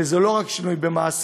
וזה לא רק שינוי במעשים.